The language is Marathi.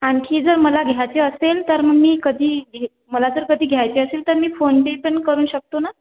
आणखी जर मला घ्यायचे असेल तर मी कधी येऊ मला जर कधी घ्यायचे असेल तर मी फोन पे पण करू शकतो ना